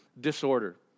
disorder